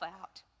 out